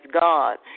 God